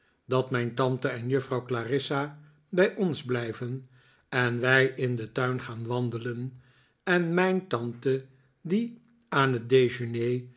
dat mijn tante en juffrouw clarissa bij ons blijven en wij in den tuin gaan wandelen en mijn tante die aan het